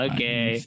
Okay